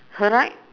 her right